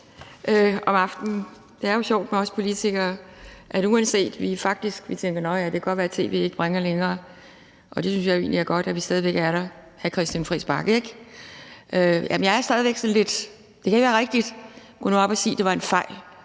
Det er jo sjovt med os politikere, at uanset vi faktisk tænker, at nå ja, det kan godt være, tv'et ikke bringer længere, og det synes jeg jo egentlig er godt, er vi der stadig væk, ikke hr. Christian Friis Bach? Jamen jeg har det stadig væk sådan lidt, at det ikke kan være rigtigt. Gå nu op og sig, at det der med